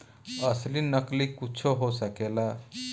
असली नकली कुच्छो हो सकेला